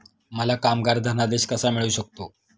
मला कामगार धनादेश कसा मिळू शकतो?